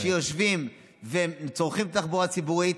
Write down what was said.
שיושבים וצורכים את התחבורה הציבורית,